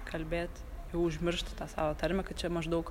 kalbėt jau užmiršt tą savo tarmę kad čia maždaug